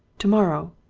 tomorrow.